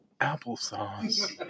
applesauce